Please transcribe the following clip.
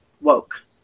woke